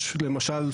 יש למשל,